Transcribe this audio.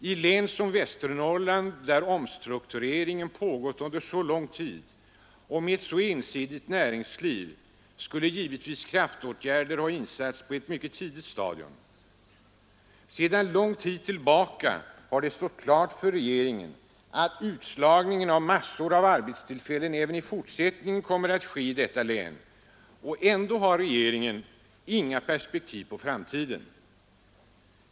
I län som Västernorr = Nr 113 land, där omstruktureringen pågått under så lång tid och som har så Torsdagen den ensidigt näringsliv, skulle givetvis kraftåtgärder ha satts in på ett mycket 9 november 1972 tidigt stadium. Sedan lång tid tillbaka har det stått klart för regeringen att en utslagning av massor av arbetstillfällen kommer att ske även i fortsättningen i detta län, och ändå har regeringen inga perspektiv på framtiden.